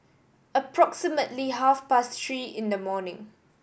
approximately half past three in the morning